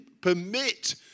permit